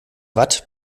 watt